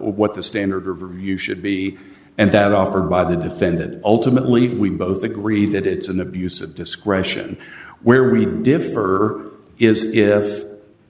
what the standard view should be and that offered by the defended ultimately we both agree that it's an abuse of discretion where we defer is if